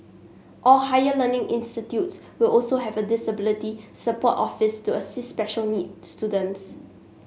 all higher learning institutes will also have a disability support office to assist special needs students